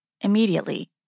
immediately